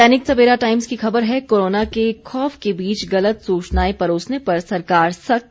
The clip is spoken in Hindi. दैनिक सवेरा टाइम्स की खबर है कोरोना के खौफ के बीच गलत सूचनाए परोसने पर सरकार सख्त